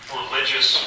religious